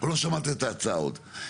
לא שמעת את ההצעה עוד.